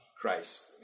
Christ